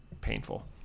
painful